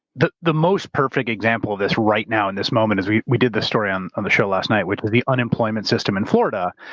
the the most perfect example of this right now in this moment is, we we did the story on on the show last night, which was the unemployment system in florida.